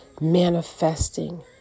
manifesting